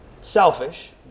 Selfish